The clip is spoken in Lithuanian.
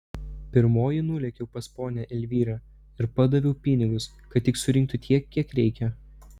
pirmoji nulėkiau pas ponią elvyrą ir padaviau pinigus kad tik surinktų tiek kiek reikia